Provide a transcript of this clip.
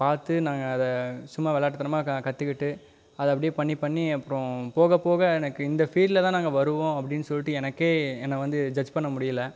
பார்த்து நாங்கள் அதை சும்மா விளாட்டுத்தனமா கற்றுக்கிட்டு அதை அப்படியே பண்ணி பண்ணி அப்புறோம் போக போக எனக்கு இந்த ஃபீல்ட்ல தான் நாங்கள் வருவோம் அப்படீன்னு சொல்லிட்டு எனக்கே என்னை வந்து ஜட்ஜ் பண்ண முடியல